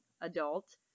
adult